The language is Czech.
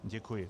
Děkuji.